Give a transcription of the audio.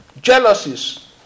jealousies